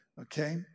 Okay